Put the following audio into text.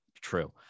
true